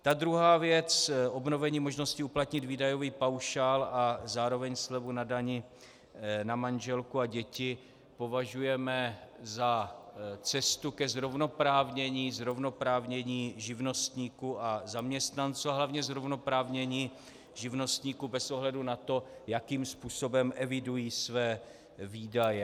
Tu druhou věc obnovení možnosti uplatnit výdajový paušál a zároveň slevu na dani na manželku a děti považujeme za cestu ke zrovnoprávnění živnostníků a zaměstnanců a hlavně zrovnoprávnění živnostníků bez ohledu na to, jakým způsobem evidují své výdaje.